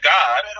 God